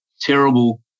terrible